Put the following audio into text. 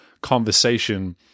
conversation